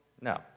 No